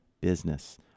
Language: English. business